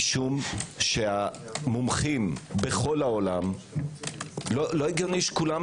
משום שהמומחים בכל העולם לא הגיוני שכולם